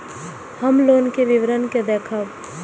हम लोन के विवरण के देखब?